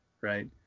right